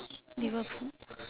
liverpool